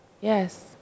Yes